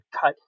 cut